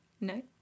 No